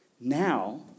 Now